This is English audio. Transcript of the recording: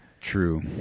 True